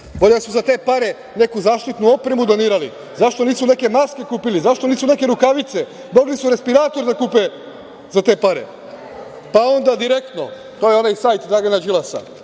Bolje da su za te pare neku zaštitnu opremu donirali. Zašto nisu neke maske kupili? Zašto nisu neke rukavice? Mogli su respirator da kupe za te pare. Pa, onda „Direktno“ to je onaj sajt Dragana Đilasa,